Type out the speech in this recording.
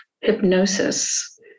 hypnosis